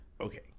okay